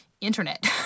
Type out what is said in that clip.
internet